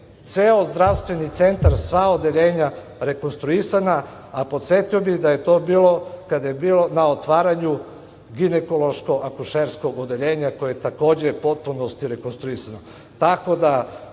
ceo zdravstveni centar, sva odeljenja rekonstruisana. Podsetio bih da je to bilo kada je bio na otvaranju ginekološko-akušerskog odeljenja, koje je takođe u potpunosti rekonstruisano. Tako